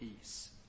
peace